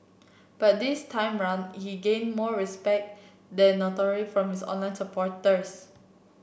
but this time round he gained more respect than from his online supporters